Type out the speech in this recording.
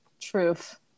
Truth